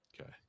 Okay